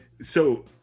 So-